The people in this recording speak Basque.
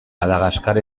madagaskar